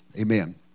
Amen